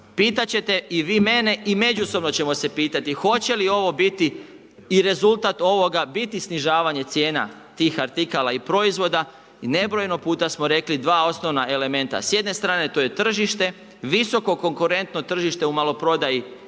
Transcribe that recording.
Pitat ćete i vi mene i međusobno ćemo se pitati hoće li ovo biti i rezultat ovoga biti snižavanje cijena tih artikala i proizvoda i nebrojeno puta smo rekli 2 osnovna elementa. S jedne strane, to je tržište, visoko konkurentno tržište u maloprodaji